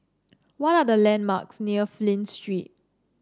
what are the landmarks near Flint Street